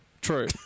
True